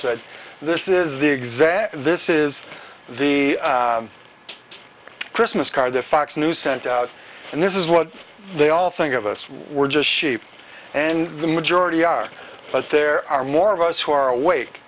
said this is the exact and this is the christmas card that fox news sent out and this is what they all think of us we were just sheep and the majority are but there are more of us who are awake